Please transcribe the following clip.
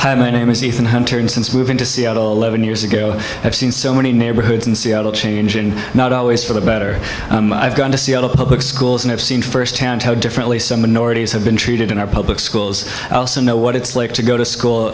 hi my name is ethan hunter and since moving to seattle eleven years ago i've seen so many neighborhoods in seattle change and not always for the better i've gone to seattle public schools and have seen st hand how differently some minorities have been treated in our public schools i also know what it's like to go to school